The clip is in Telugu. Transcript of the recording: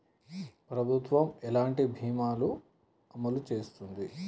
ప్రభుత్వం ఎలాంటి బీమా ల ను అమలు చేస్తుంది?